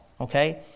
Okay